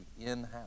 in-house